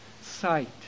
sight